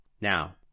Now